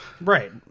Right